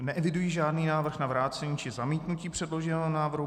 Neeviduji žádný návrh na vrácení či zamítnutí předloženého návrhu.